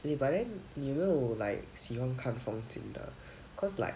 eh but then 你有没有 like 喜欢看风景的 cause like